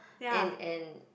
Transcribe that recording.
and and